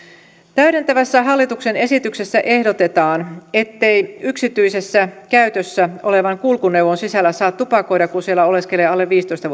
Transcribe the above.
täydentävässä hallituksen esityksessä ehdotetaan ettei yksityisessä käytössä olevan kulkuneuvon sisällä saa tupakoida kun siellä oleskelee alle viisitoista